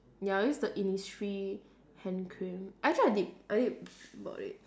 ya this is the innisfree hand cream actually I did I did bought it